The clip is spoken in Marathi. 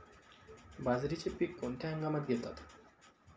बाजरीचे पीक कोणत्या हंगामात घेतात?